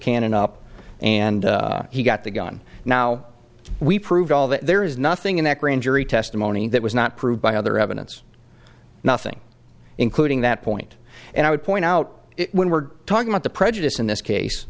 cannon up and he got the gun now we proved all there is nothing in that grand jury testimony that was not proved by other evidence nothing including that point and i would point out when we're talking about the prejudice in this case